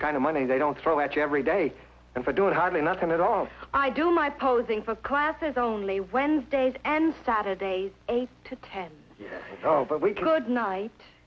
kind of money they don't throw at you every day and for doing hardly nothing at all i do my posing for classes only wednesdays and saturdays eight to ten but we could n